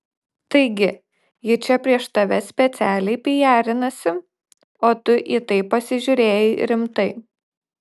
taigi ji čia prieš tave specialiai pijarinasi o tu į tai pasižiūrėjai rimtai